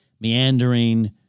meandering